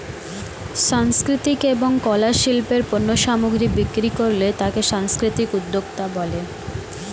সাংস্কৃতিক এবং কলা শিল্পের পণ্য সামগ্রী বিক্রি করলে তাকে সাংস্কৃতিক উদ্যোক্তা বলে